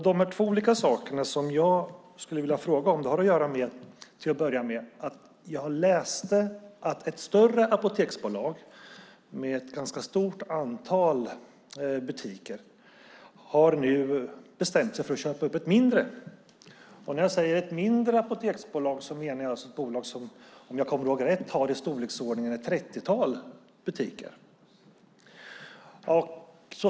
Det som jag skulle vilja fråga om gäller till att börja med att jag läste att ett större apoteksbolag med ett ganska stort antal butiker nu har bestämt sig för att köpa upp ett mindre. När jag säger ett mindre apoteksbolag menar jag alltså ett bolag som har, om jag kommer ihåg rätt, i storleksordningen ett trettiotal butiker.